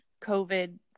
COVID